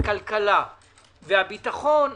הכלכלה והביטחון,